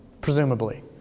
Presumably